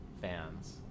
fans